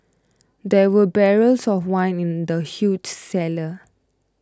there were barrels of wine in the huge cellar